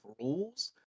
rules